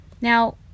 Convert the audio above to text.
Now